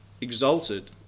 exalted